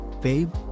babe